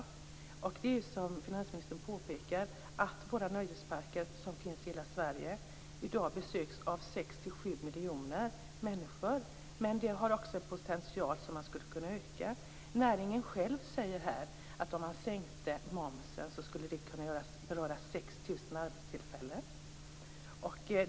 Som finansministern påpekar besöks nöjesparkerna i hela Sverige av 6 till 7 miljoner människor, men deras potential skulle kunna ökas. Näringen säger själv att en sänkning av momsen skulle kunna beröra 6 000 arbetstillfällen.